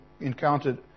encountered